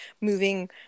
moving